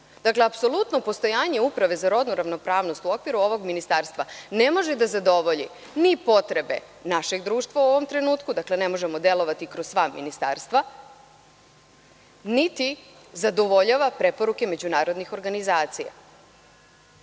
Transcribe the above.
nivou. Apsolutno postojanje Uprave za rodnu ravnopravnost u okviru ovog ministarstva ne može da zadovolji ni potrebe našeg društva u ovom trenutku, dakle, ne možemo delovati kroz sva ministarstva niti zadovoljava preporuke međunarodnih organizacija. Mi